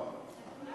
לא.